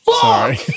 Sorry